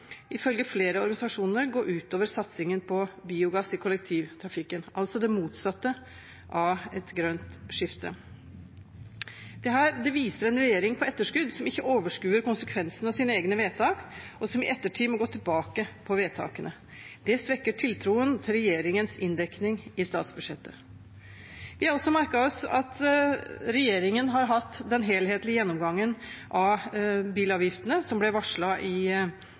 ifølge flere organisasjoner gå ut over satsingen på biogass i kollektivtrafikken – altså det motsatte av et grønt skifte. Dette viser en regjering på etterskudd som ikke overskuer konsekvensene av sine egne vedtak, og som i ettertid må gå tilbake på vedtakene. Det svekker tiltroen til regjeringens inndekning i statsbudsjettet. Vi har også merket oss at regjeringen har hatt den helhetlige gjennomgangen av bilavgiftene, som ble varslet i